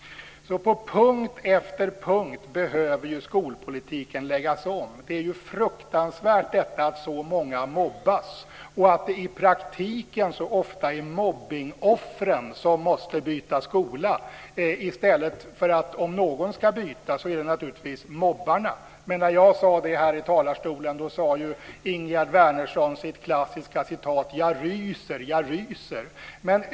På punkt efter punkt behöver skolpolitiken läggas om. Det är fruktansvärt att så många mobbas och att det i praktiken så ofta är mobbningsoffren som måste byta skola. Om någon ska byta skola är det naturligtvis mobbaren. Men när jag sade det i talarstolen sade ju Ingegerd Wärnersson: "jag ryser". Det är ett klassiskt citat.